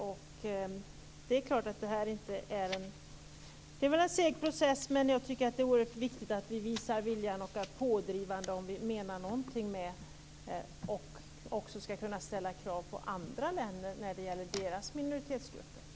Det är väl klart att det här är en seg process, men jag tycker att det är oerhört viktigt att vi visar vilja och är pådrivande om vi menar något med detta och om vi också skall kunna ställa krav på andra länder när det gäller deras minoritetsgrupper.